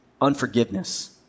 unforgiveness